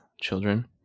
children